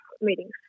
meetings